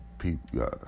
people